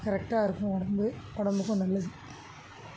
கரெக்டாக இருக்கும் உடம்பு உடம்புக்கும் நல்லது